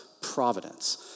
providence